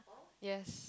yes